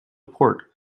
port